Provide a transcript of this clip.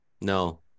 No